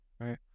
Right